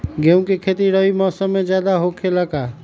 गेंहू के खेती रबी मौसम में ज्यादा होखेला का?